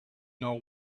know